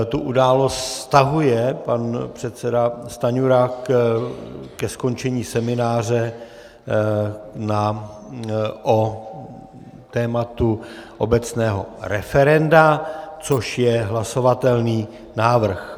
Tu událost vztahuje pan předseda Stanjura ke skončení semináře k tématu obecného referenda, což je hlasovatelný návrh.